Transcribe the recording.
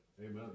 Amen